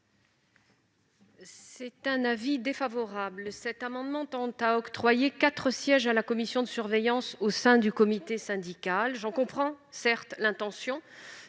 est l'avis de la commission ? Cet amendement tend à octroyer quatre sièges à la commission de surveillance au sein du comité syndical. J'en comprends certes l'intention,